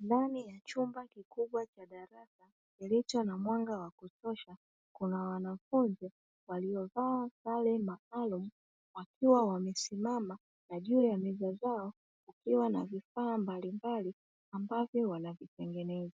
Ndani ya chumba kikubwa cha darasa kilicho na mwanga wa kutosha kuna wanafunzi waliovaa sare maalumu wakiwa wamesimama, na juu ya meza zao kukiwa na vifaa mbalimnbali ambavyo wanavitengeneza,